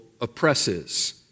oppresses